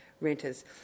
renters